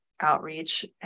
outreach